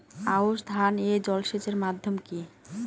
আউশ ধান এ জলসেচের মাধ্যম কি?